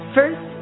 First